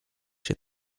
się